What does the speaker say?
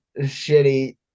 shitty